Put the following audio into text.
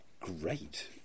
great